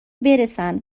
برسن